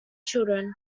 children